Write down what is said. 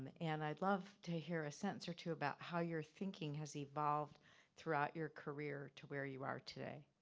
and i'd love to hear a sentence or two about how your thinking has evolved throughout your career to where you are today.